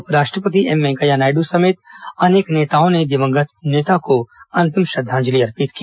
उपराष्ट्रपति एम वेंकैया नायडू समेत अनेक नेताओं ने दिवंगत नेता को अन्तिम श्रद्वांजलि अर्पित की